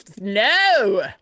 no